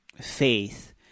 faith